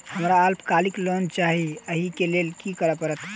हमरा अल्पकालिक लोन चाहि अई केँ लेल की करऽ पड़त?